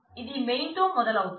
ఇది మెయిన్ తో మొదలవుతుంది